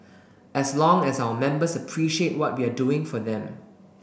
as long as our members appreciate what we are doing for them